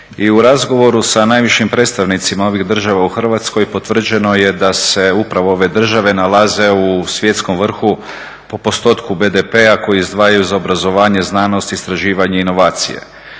i u razgovoru sa najvišim predstavnicima ovih država u Hrvatskoj potvrđeno je da se upravo ove države nalaze u svjetskom vrhu po postotku BDP-a koji izdvajaju za obrazovanje, znanost, istraživanje, inovacije.